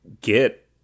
get